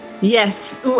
Yes